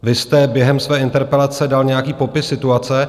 Vy jste během své interpelace dal nějaký popis situace.